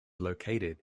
located